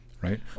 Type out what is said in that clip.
right